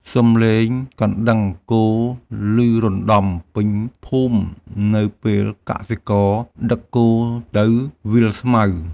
សំឡេងកណ្ដឹងគោឮរណ្តំពេញភូមិនៅពេលកសិករដឹកគោទៅវាលស្មៅ។